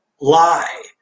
lie